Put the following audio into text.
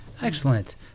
Excellent